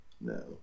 No